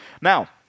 Now